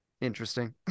interesting